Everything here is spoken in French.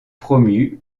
promu